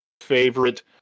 favorite